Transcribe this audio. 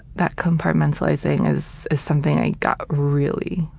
that compartmentalizing is is something i got really,